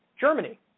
Germany